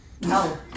No